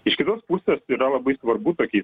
iš kitos pusės yra labai svarbu tokiais